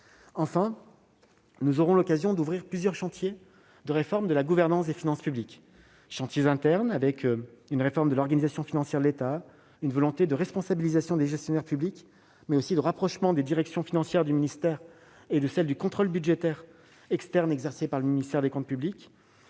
Enfin, nous aurons l'occasion d'ouvrir plusieurs chantiers de réforme de la gouvernance des finances publiques, chantiers internes, notamment avec la réforme de l'organisation financière de l'État, la volonté de responsabiliser les gestionnaires publics, mais aussi le rapprochement des directions financières du ministère avec celles du contrôle budgétaire externe, qui est exercé par le ministère des comptes publics.